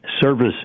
service